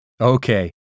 Okay